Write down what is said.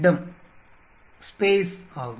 இடம் ஆகும்